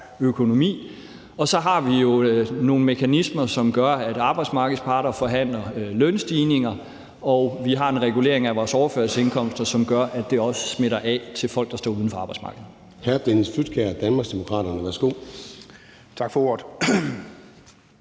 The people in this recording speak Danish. økonomi. Og så har vi jo nogle mekanismer, som gør, at arbejdsmarkedets parter forhandler lønstigninger, og vi har en regulering af vores overførselsindkomster, som gør, at det også smitter af på folk, der står uden for arbejdsmarkedet.